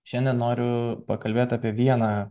šiandien noriu pakalbėt apie vieną